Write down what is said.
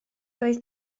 doedd